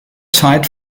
zeit